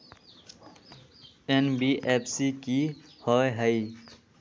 NBFC कि होअ हई?